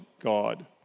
God